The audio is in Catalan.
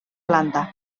planta